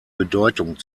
bedeutung